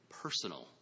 personal